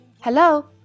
Hello